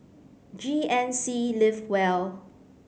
G N C live well